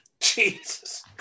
jesus